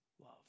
love